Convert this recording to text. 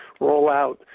rollout